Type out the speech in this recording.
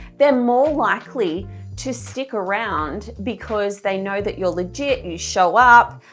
they're more likely to stick around because they know that you're legit, you show up,